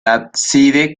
ábside